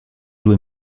due